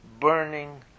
burning